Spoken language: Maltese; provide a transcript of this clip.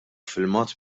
filmat